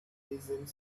pleasant